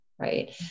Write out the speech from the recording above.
Right